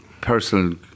personal